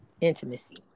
intimacy